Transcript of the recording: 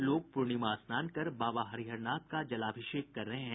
लोग पूर्णिमा स्नान कर बाबा हरिहरनाथ का जलाभिषेक कर रहे हैं